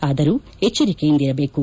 ಆದರೂ ಎಚ್ಲರಿಕೆಯಿಂದಿರಬೇಕು